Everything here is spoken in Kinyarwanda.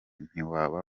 ntiwaba